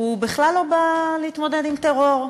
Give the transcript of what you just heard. בכלל לא בא להתמודד עם טרור.